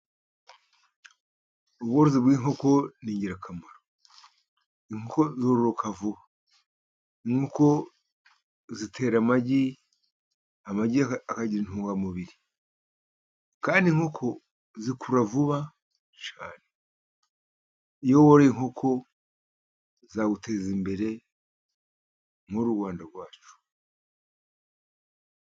Ubworozi bw'inkoko ni ingirakamaro. Inkoko zororoka vuba, inkoko zitera amagi, amagi akagira intungamubiri kandi inkoko zikura vuba. Iyo woroye inkoko zaguteza imbere muri uru Rwanda rwacu.